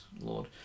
Lord